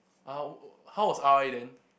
uh how was R_I then